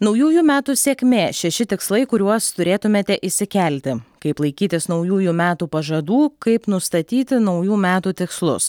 naujųjų metų sėkmė šeši tikslai kuriuos turėtumėte išsikelti kaip laikytis naujųjų metų pažadų kaip nustatyti naujų metų tikslus